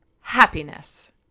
happiness